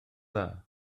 dda